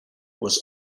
was